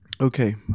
okay